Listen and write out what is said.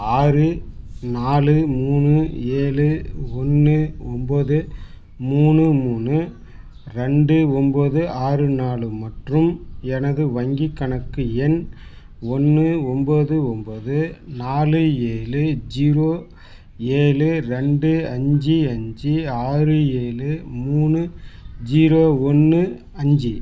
ஆறு நாலு மூணு ஏழு ஒன்று ஒன்போது மூணு மூணு ரெண்டு ஒன்போது ஆறு நாலு மற்றும் எனது வங்கிக் கணக்கு எண் ஒன்று ஒன்போது ஒன்போது நாலு ஏழு ஜீரோ ஏழு ரெண்டு அஞ்சு அஞ்சு ஆறு ஏழு மூணு ஜீரோ ஒன்று அஞ்சு